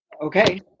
okay